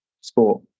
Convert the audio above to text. sport